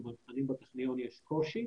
ובמבחנים בטכניון יש קושי,